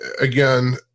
Again